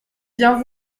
bien